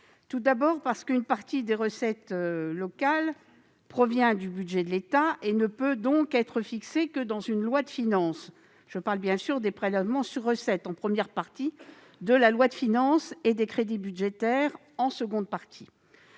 Tout d'abord, une partie des recettes locales provenant du budget de l'État, son montant ne peut donc être fixé que par une loi de finances. Je parle là des prélèvements sur recettes, en première partie de la loi de finances, et des crédits budgétaires, en seconde partie.